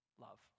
love